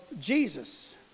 Jesus